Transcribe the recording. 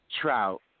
Trout